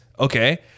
Okay